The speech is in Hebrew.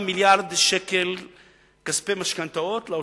הוחזרו 2.3 מיליארדי שקלים כספי משכנתאות לאוצר.